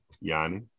Yanni